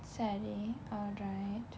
சரி:sari alright